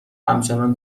همچنان